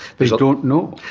they don't know.